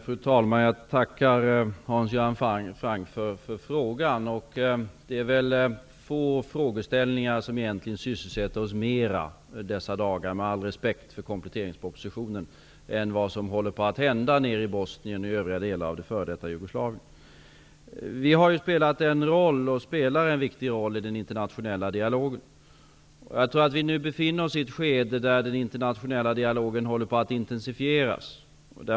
Fru talman! Jag tackar Hans Göran Franck för frågan. Det är dessa dagar få frågeställningar som egentligen sysselsätter oss mer -- med all respekt för kompletteringspropositionen -- än den om vad som håller på att hända nere i Bosnien och i övriga delar av före detta Jugoslavien. Vi har ju spelat, och spelar, en viktig roll i den internationella dialogen. Jag tror att vi nu befinner oss i ett skede då den internationella dialogen håller på att intensifieras.